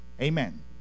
amen